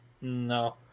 No